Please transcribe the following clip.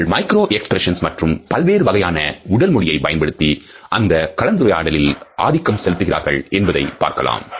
அவர்கள் micro expressions மற்றும் பல்வேறு வகையான உடல் மொழியை பயன்படுத்தி அந்த கலந்துரையாடலில் ஆதிக்கம் செலுத்துகிறார்கள் என்பதை பார்க்கலாம்